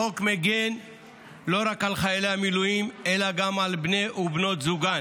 החוק מגן לא רק על חיילי המילואים אלא גם על בני ובנות זוגם,